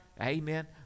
amen